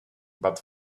but